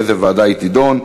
מתנגדים.